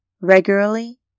Regularly